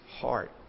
heart